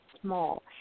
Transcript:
small